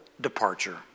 departure